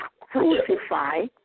crucify